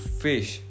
fish